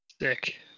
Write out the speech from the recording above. Sick